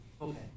okay